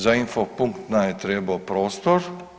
Za info punkt nam je trebao prostor.